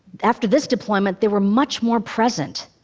after this deployment, they were much more present.